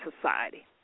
society